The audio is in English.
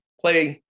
play